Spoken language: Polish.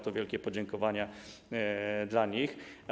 Tu wielkie podziękowania dla nich.